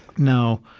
now,